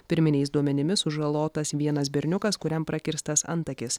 pirminiais duomenimis sužalotas vienas berniukas kuriam prakirstas antakis